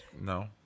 No